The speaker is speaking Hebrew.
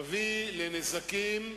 תביא לנזקים.